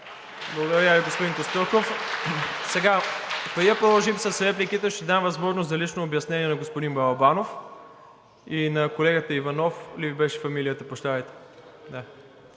Благодаря Ви, господин Костурков. Преди да продължим с репликите, ще дам възможност за лично обяснение на господин Балабанов и на колегата Иванов, ли Ви беше фамилията, прощавайте,